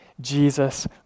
Jesus